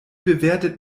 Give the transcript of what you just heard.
bewertet